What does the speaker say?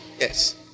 Yes